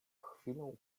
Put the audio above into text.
chwilę